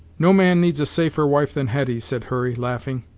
no man needs safer wife than hetty, said hurry, laughing,